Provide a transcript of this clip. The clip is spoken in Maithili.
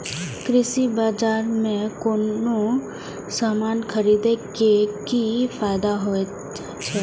कृषि बाजार में कोनो सामान खरीदे के कि फायदा होयत छै?